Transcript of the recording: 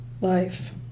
life